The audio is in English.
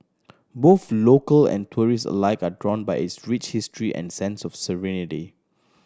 both local and tourist alike are drawn by its rich history and sense of serenity